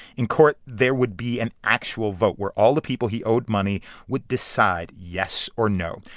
in court, there would be an actual vote where all the people he owed money would decide yes or no.